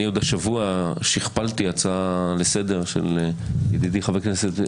אני עוד השבוע שכפלתי הצעה לסדר של ידידי חבר הכנסת,